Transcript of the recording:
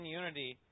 unity